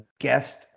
guest